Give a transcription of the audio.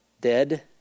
dead